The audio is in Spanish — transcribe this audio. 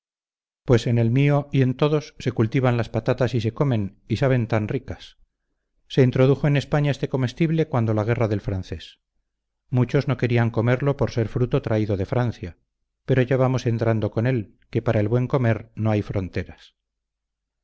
pues en el mío y en todos se cultivan las patatas y se comen y saben tan ricas se introdujo en españa este comestible cuando la guerra del francés muchos no querían comerlo por ser fruto traído de francia pero ya vamos entrando con él que para el buen comer no hay fronteras